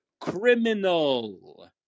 criminal